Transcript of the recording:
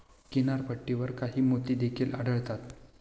किनारपट्टीवर काही मोती देखील आढळतात